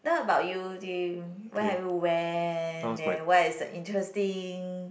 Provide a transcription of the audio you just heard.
what about you do you where have you went then what is the interesting